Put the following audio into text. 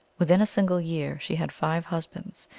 within a single year she had five husbands,